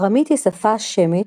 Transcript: ארמית היא שפה שמית,